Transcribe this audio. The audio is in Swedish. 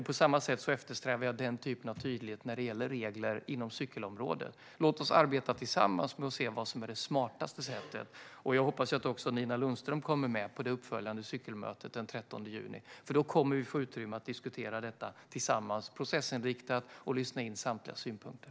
På samma sätt eftersträvar jag den typen av tydlighet när det gäller regler inom cykelområdet. Låt oss arbeta tillsammans med att se vad som är det smartaste sättet! Jag hoppas att också Nina Lundström kommer med på det uppföljande cykelmötet den 13 juni. Då kommer vi att få utrymme för att diskutera detta tillsammans och processinriktat, och vi kommer att lyssna in samtligas synpunkter.